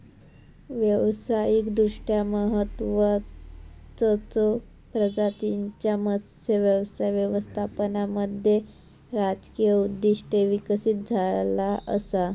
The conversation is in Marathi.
व्यावसायिकदृष्ट्या महत्त्वाचचो प्रजातींच्यो मत्स्य व्यवसाय व्यवस्थापनामध्ये राजकीय उद्दिष्टे विकसित झाला असा